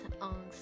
on